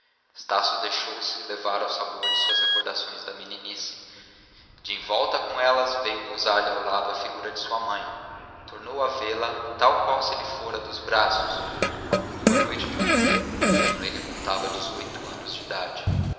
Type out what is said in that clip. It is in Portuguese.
ambos estácio deixou-se levar ao sabor de suas recordações da meninice de envolta com elas veio pousar-lhe ao lado a figura de sua mãe tornou a vê-la tal qual se lhe fora dos braços uma crua noite de outubro quando ele contava dezoito anos de idade